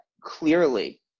clearly